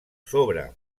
sobre